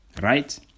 right